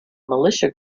militia